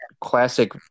classic